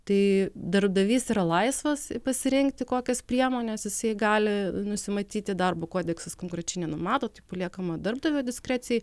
tai darbdavys yra laisvas pasirinkti kokias priemones jisai gali nusimatyti darbo kodeksas konkrečiai nenumato tai paliekama darbdavio diskrecijai